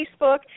Facebook